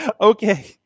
Okay